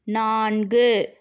நான்கு